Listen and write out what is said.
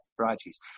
varieties